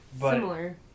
Similar